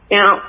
Now